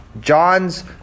John's